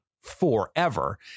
forever